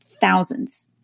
thousands